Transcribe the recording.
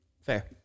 Fair